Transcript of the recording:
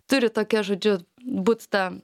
turi tokia žodžiu būt ta